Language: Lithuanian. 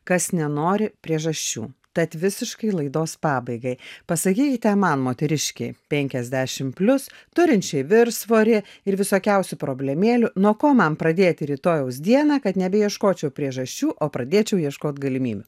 kas nenori priežasčių tad visiškai laidos pabaigai pasakykite man moteriškei penkiasdešim plius turinčiai viršsvorį ir visokiausių problemėlių nuo ko man pradėti rytojaus dieną kad nebeieškočiau priežasčių o pradėčiau ieškot galimybių